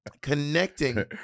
connecting